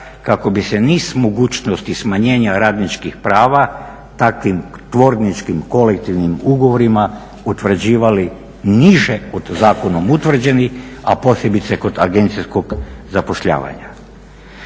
kako bi se niz mogućnosti smanjenja radničkih prava takvim tvorničkim kolektivnim ugovorima utvrđivali niže od zakonom utvrđenih, a posebice kod agencijskog zapošljavanja.